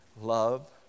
Love